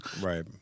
right